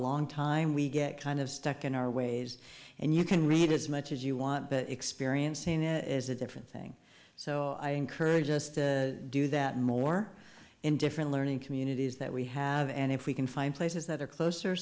long time we get kind of stuck in our ways and you can read as much as you want but experiencing it as a different thing so i encourage us to do that more in different learning communities that we have and if we can find places that are closer